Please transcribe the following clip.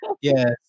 yes